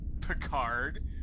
Picard